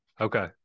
Okay